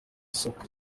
isoko